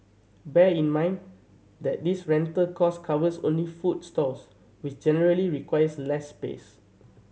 bear in mind that this rental cost covers only food stalls which generally requires less space